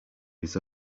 his